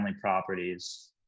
properties